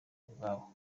ubwabo